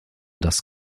das